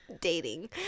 dating